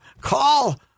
call